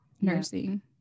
nursing